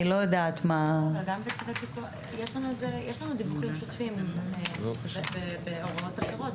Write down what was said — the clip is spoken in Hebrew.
היא לא יודעת מה --- יש לנו דיווחים שוטפים בהוראות אחרות.